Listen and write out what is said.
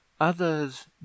others